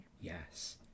yes